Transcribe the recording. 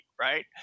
right